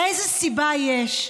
איזה סיבה יש,